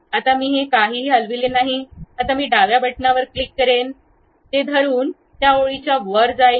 आत्ता मी काहीही हलवले नाही आता मी डाव्या बटणावर क्लिक करेन ते धरून त्या ओळीच्या वर जाईल